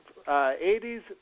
80s